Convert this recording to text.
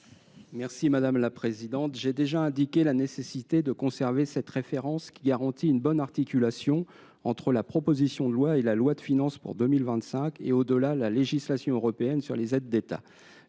l’avis de la commission ? J’ai déjà mentionné la nécessité de conserver cette référence, qui garantit une bonne articulation de la proposition de loi avec la loi de finances pour 2025 et, au delà, avec la législation européenne sur les aides d’État.